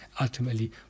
ultimately